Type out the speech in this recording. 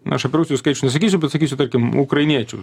na aš apie rusiją skaičių nesakysiu bet sakysiu tarkim ukrainiečių